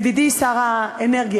ידידי שר האנרגיה,